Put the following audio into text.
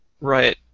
right